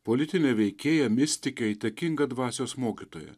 politinė veikėja mistikė įtakinga dvasios mokytoja